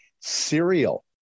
cereal